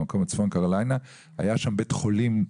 במקום "מקרן שהמדינה ערבה להפסדיה"